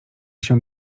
się